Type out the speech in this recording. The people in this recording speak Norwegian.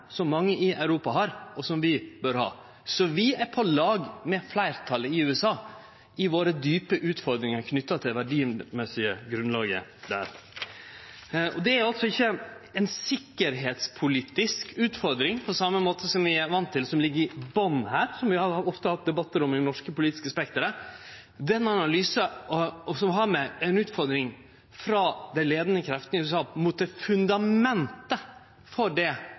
som mange i Europa har, og som vi bør ha. Så vi er på lag med fleirtalet i USA i dei djupe utfordringane våre som er knytte til det verdimessige grunnlaget der. Det er altså ikkje ei sikkerheitspolitisk utfordring på same måte som vi er vane med, og som vi ofte har hatt debattar om i det norske politiske spekteret, som ligg i botnen her. Vi har ei utfordring frå dei leiande kreftene i USA mot det fundamentet